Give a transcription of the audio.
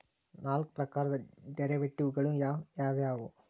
ನಾಲ್ಕ್ ಪ್ರಕಾರದ್ ಡೆರಿವೆಟಿವ್ ಗಳು ಯಾವ್ ಯಾವವ್ಯಾವು?